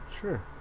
sure